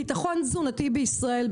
ביטחון תזונתי בישראל,